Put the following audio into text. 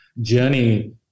journey